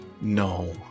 No